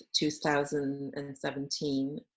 2017